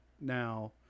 Now